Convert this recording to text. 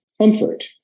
comfort